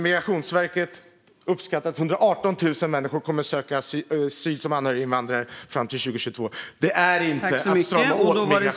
Migrationsverket uppskattar att 118 000 människor kommer att söka uppehållstillstånd som anhöriginvandrare fram till 2022. Detta är inte att strama åt migrationen.